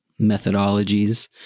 methodologies